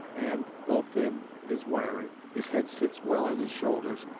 and, though thin, is wiry. his head sits well on his shoulders,